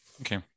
Okay